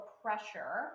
pressure